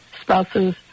spouses